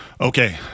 Okay